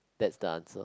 that the answer